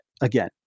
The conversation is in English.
again